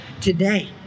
today